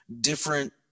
different